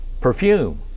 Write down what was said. perfume